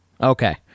Okay